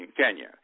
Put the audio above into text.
Kenya